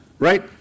Right